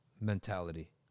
mentality